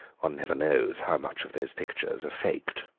one never knows how much of those pictures are faked.